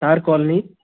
R colony